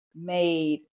made